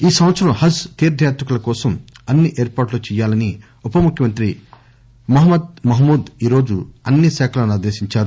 ఈ సంవత్సరం హజ్ తీర్ణ యాతికుల కోసం అన్ని ఏర్పాట్ల చేయాలని ఉపముఖ్యమంత్రి మహమూద్ అలీ ఈరోజు అన్ని శాఖలను ఆదేశించారు